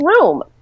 room